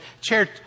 chair